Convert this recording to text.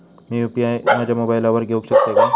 मी UPI माझ्या मोबाईलावर घेवक शकतय काय?